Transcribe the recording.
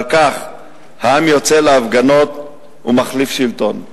על כך העם יוצא להפגנות ומחליף שלטון.